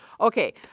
okay